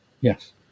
Yes